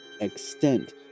extent